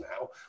now